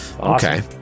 Okay